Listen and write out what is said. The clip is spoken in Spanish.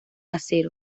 acero